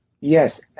Yes